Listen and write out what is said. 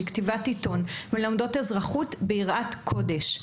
של כתיבת עיתון ומלמדות אזרחות ביראת קודש.